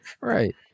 right